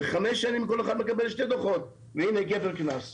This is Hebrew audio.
בחמש שנים כל אחד מקבל שני דוחות, והנה כפל קנס.